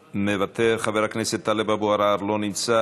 מוותר, חבר הכנסת טלב אבו עראר, לא נמצא,